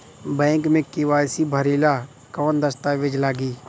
Bank मे KYC भरेला कवन दस्ता वेज लागी?